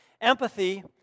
Empathy